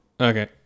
Okay